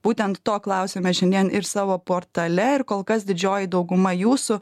būtent to klausėme šiandien ir savo portale ir kol kas didžioji dauguma jūsų